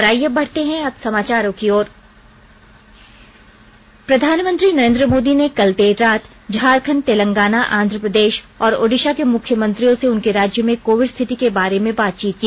और आइए बढ़ते हैं अब समाचारों की ओर प्रधानमंत्री नरेन्द्र मोदी ने कल देर रात झारखण्ड तेलंगाना आंध्र प्रदेश और ओडिशा के मुख्यमंत्रियों से उनके राज्य में कोविड स्थिति के बारे में बातचीत की